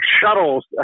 shuttles